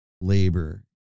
labor